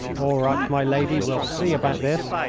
all right, my lady, we'll see about this.